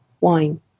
wine